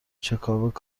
چکاپ